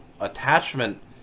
attachment